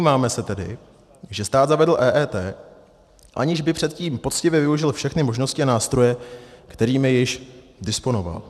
Domníváme se tedy, že stát zavedl EET, aniž by předtím poctivě využil všechny možnosti a nástroje, kterými již disponoval.